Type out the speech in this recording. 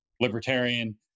libertarian